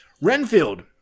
renfield